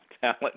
talent